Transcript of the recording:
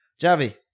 Javi